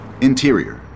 Interior